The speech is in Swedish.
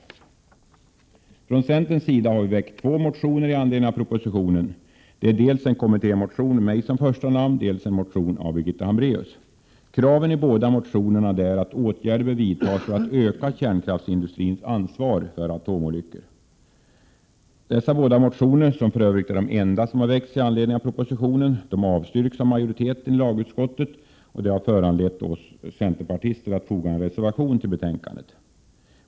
Från centern har väckts två motioner i anledning av propositionen. Det är dels en kommittémotion med mitt namn som första namn, dels en motion av Birgitta Hambraeus. Kraven i båda motionerna är att åtgärder bör vidtas för att öka kärnkraftsindustrins ansvar för atomolyckor. Dessa båda motioner, som för övrigt är de enda som väckts i anledning av propositionen, avstyrks av majoriteten i lagutskottet, vilket föranlett oss centerpartister att foga en reservation till betänkandet.